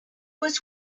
was